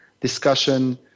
discussion